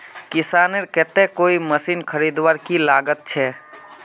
किसानेर केते कोई मशीन खरीदवार की लागत छे?